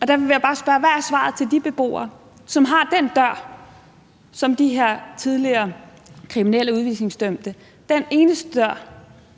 Og derfor vil jeg bare spørge: Hvad er svaret til de beboere, som har den dør i forhold til de her tidligere kriminelle udvisningsdømte? Den eneste dør,